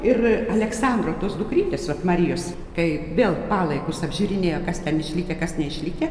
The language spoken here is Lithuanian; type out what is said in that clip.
ir aleksandro tos dukrytės vat marijos kai vėl palaikus apžiūrinėjo kas ten išlikę kas neišlikę